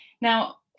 Now